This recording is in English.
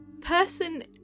person